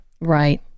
right